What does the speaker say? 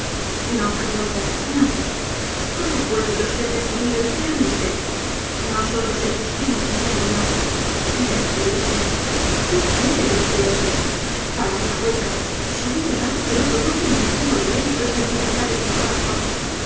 no carlota no cómo puedo yo ser destruido enteramente nosotros existimos sin término destruirse qué quiere decir eso palabra hueca sonido vago que no producen ningún movimiento de sensibilidad en mi corazón